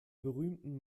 berühmten